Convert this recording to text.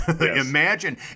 imagine